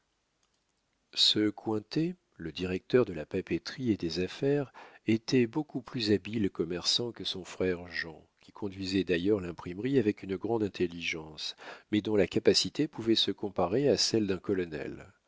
ce cointet le directeur de la papeterie et des affaires était beaucoup plus habile commerçant que son frère jean qui conduisait d'ailleurs l'imprimerie avec une grande intelligence mais dont la capacité pouvait se comparer à celle d'un colonel